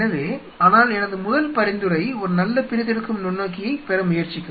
எனவே ஆனால் எனது முதல் பரிந்துரை ஒரு நல்ல பிரித்தெடுக்கும் நுண்ணோக்கியைப் பெற முயற்சிக்கவும்